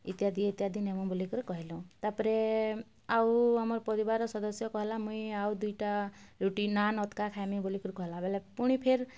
ଇତ୍ୟାଦି ଇତ୍ୟାଦି ନେମୁ ବୋଲିକରି କହିଲୁ ତା'ପରେ ଆଉ ଆମର୍ ପରିବାର୍ର ସଦସ୍ୟ କହେଲା ମୁଇଁ ଆଉ ଦୁଇଟା ରୁଟି ନାନ୍ ଅଧ୍କା ଖାଏମି ବୋଲିକରି କହେଲା ବେଲେ ପୁଣି ଫେର୍